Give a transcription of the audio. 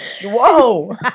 Whoa